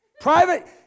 Private